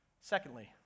Secondly